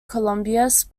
columbus